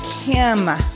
Kim